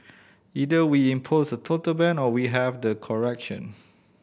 either we impose a total ban or we have the correction